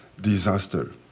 disaster